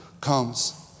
comes